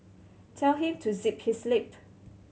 tell him to zip his lip